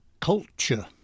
culture